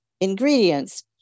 ingredients